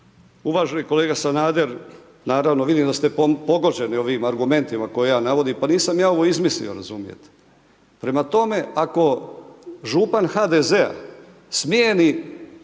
Uvaženi kolega Sanader, naravno, vidim da ste pogođeni ovim argumentima, koje ja navodim, pa nisam ja ovo izmislio razumijete. Prema tome, ako župan HDZ-a smijeni